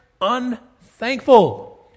unthankful